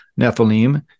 Nephilim